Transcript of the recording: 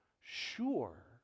Sure